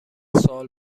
سوال